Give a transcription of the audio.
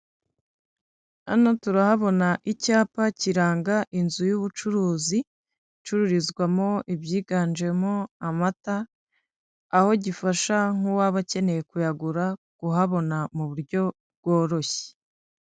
Hano turahabona icyapa kiranga inzu y'ubucuruzi, icururizwamo ibyiganjemo amata, aho gifasha nk'uwaba akeneye kuyagura kuhabona mu buryo bworoshye.